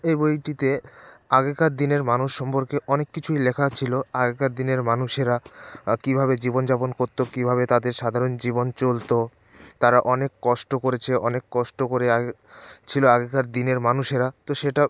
এই বইটিতে আগেকার দিনের মানুষ সম্পর্কে অনেক কিছুই লেখা ছিল আগেকার দিনের মানুষেরা কীভাবে জীবনযাপন করত কীভাবে তাদের সাধারণ জীবন চলত তারা অনেক কষ্ট করেছে অনেক কষ্ট করে আগে ছিল আগেকার দিনের মানুষেরা তো সেটা